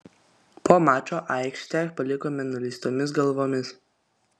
po mačo aikštę palikome nuleistomis galvomis